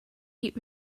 heat